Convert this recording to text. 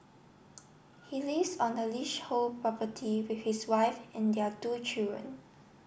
he lease on the leash hole property with his wife and their two children